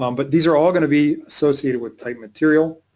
um but these are all going to be associated with type material.